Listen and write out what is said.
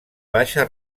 baixa